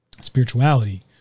Spirituality